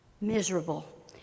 miserable